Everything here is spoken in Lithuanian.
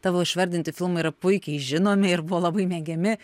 tavo išvardinti filmai yra puikiai žinomi ir buvo labai mėgiami